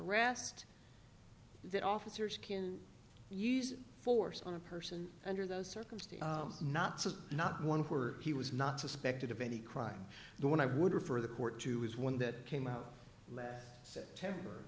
arrest that officers can use force on a person under those circumstances not not one where he was not suspected of any crime the one i would refer the court to is one that came out last september